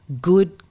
good